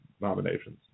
nominations